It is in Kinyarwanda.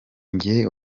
njye